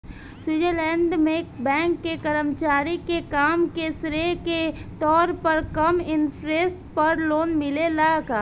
Switzerland में bank के कर्मचारी के काम के श्रेय के तौर पर कम इंटरेस्ट पर लोन मिलेला का?